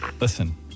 Listen